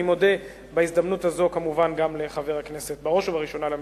אני מודה בהזדמנות הזאת כמובן בראש ובראשונה למציע,